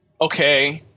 okay